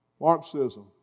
Marxism